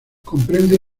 comprende